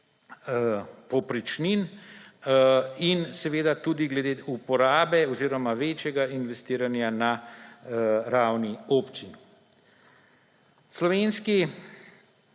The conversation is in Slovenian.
povprečnin in seveda tudi glede uporabe oziroma večjega investiranja na ravni občin. Slovenski